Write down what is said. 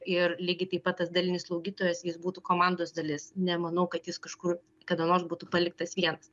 ir lygiai taip pat tas dalinis slaugytojas jis būtų komandos dalis nemanau kad jis kažkur kadanors būtų paliktas vienas